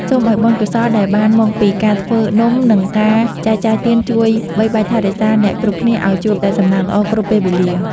សូមឱ្យបុណ្យកុសលដែលបានមកពីការធ្វើនំនិងការចែកចាយទានជួយបីបាច់ថែរក្សាអ្នកគ្រប់គ្នាឱ្យជួបតែសំណាងល្អគ្រប់ពេលវេលា។